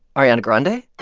ariana grande hey,